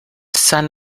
son